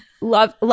love